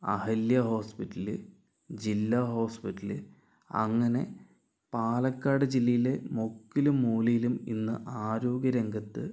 Ahalya hospital ജില്ലാ hospital അങ്ങനെ പാലക്കാട് ജില്ലയിലെ മുക്കിലും മൂലയിലും ഇന്ന് ആരോഗ്യ രംഗത്ത്